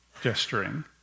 gesturing